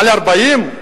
על 40?